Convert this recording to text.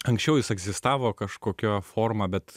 anksčiau jis egzistavo kažkokia forma bet